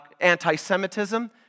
anti-Semitism